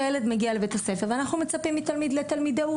כי הילד מגיע לביה"ס ואנחנו מצפים מתלמיד להתנהג כתלמיד,